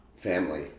Family